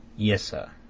yes, sir.